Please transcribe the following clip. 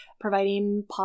providing